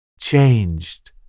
Changed